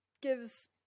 gives